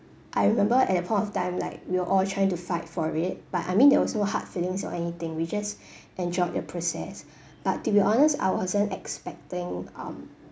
I remember at that point of time like we were all trying to fight for it but I mean there was no hard feelings or anything we just enjoyed the process but to be honest I wasn't expecting um